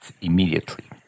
immediately